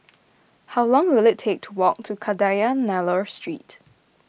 how long will it take to walk to Kadayanallur Street